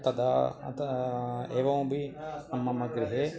तदा अता एवमपि मम गृहे